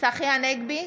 צחי הנגבי,